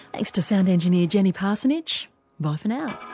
thanks to sound engineer jenny parsonage bye for now